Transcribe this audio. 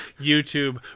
YouTube